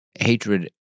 hatred